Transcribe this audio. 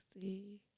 see